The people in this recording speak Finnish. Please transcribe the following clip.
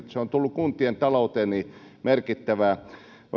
se on tuonut kuntien talouteen merkittävää